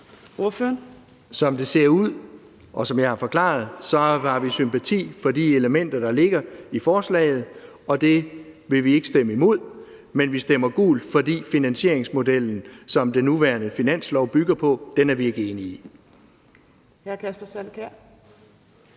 Som det ser ud, og som jeg har forklaret, har vi sympati for de elementer, der ligger i forslaget, og det vil vi ikke stemme imod. Men vi stemmer gult, fordi vi ikke er enige i finansieringsmodellen, som den nuværende finanslov bygger på. Kl. 12:00 Fjerde